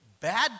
Bad